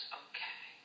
okay